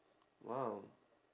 !wow!